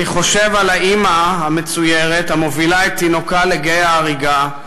אני חושב על האימא המצוירת המובילה את תינוקה לגיא ההרגה,